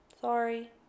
sorry